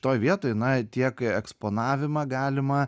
toj vietoj na tiek eksponavimą galima